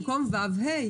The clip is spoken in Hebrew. במקום ו"ו יהיה ה"א.